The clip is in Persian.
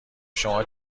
شما